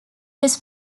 his